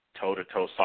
toe-to-toe